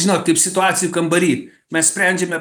žinot kaip situacijų kambary mes sprendžiame